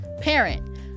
parent